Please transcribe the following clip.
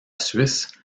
suisse